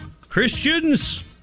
Christians